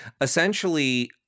essentially